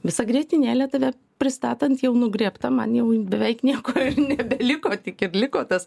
visa grietinėlė tave pristatant jau nugriebta man jau beveik nieko nebeliko tik ir liko tas